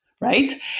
right